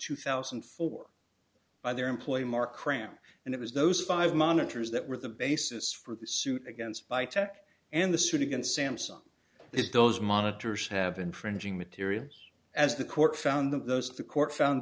two thousand and four by their employee mark ram and it was those five monitors that were the basis for the suit against buy tech and the suit against samsung if those monitors have infringing material as the court found that those the court found